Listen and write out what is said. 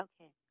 okay